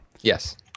Yes